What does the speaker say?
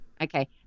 Okay